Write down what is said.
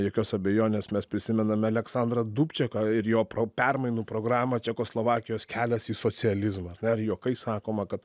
jokios abejonės mes prisimename aleksandrą dubčeką ir jo pro permainų programą čekoslovakijos kelias į socializmą ar ne ir juokais sakoma kad